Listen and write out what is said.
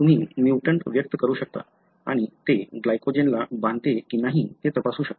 तुम्ही म्युटंट व्यक्त करू शकता आणि ते ग्लायकोजेनला बांधते की नाही ते तपासू शकता